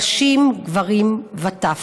נשים, גברים וטף,